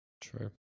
True